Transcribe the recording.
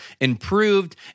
improved